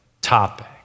topic